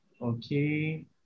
Okay